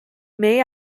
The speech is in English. may